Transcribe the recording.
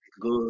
good